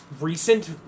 recent